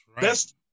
best